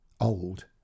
old